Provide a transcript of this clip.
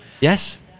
Yes